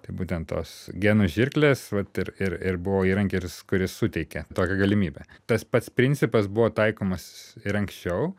tai būtent tos genų žirklės vat ir ir ir buvo įrankis kuris suteikia tokią galimybę tas pats principas buvo taikomas ir anksčiau